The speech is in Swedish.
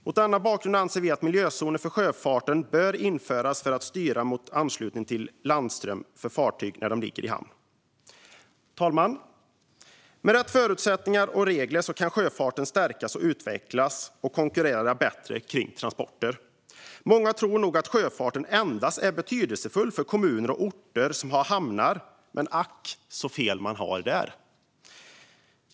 Mot denna bakgrund anser vi att miljözoner för sjöfarten bör införas för att styra mot anslutning till landström för fartyg som ligger i hamn. Fru talman! Med rätt förutsättningar och regler kan sjöfarten stärkas och utvecklas och konkurrera bättre om transporter. Många tror nog att sjöfarten endast är betydelsefull för kommuner och orter som har hamnar, men ack så fel man har där!